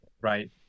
Right